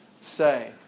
say